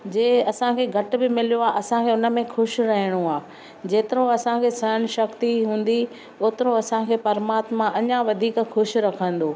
जे असांखे घटि बि मिलियो आ असांखे हुन में खु़शि रहिणो आहे जेतिरो असांखे सहन शक्ती हूंदी ओतिरो असांखे परमात्मा अञां वधीक खु़शि रखंदो